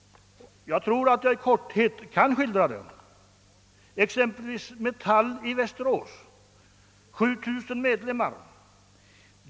Jag tror att jag i korthet kan skildra hur det gick till i Metall i Västerås, med 7000 medlemmar.